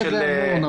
אין כזה אמון,